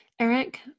Eric